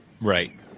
Right